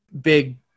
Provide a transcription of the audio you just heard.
big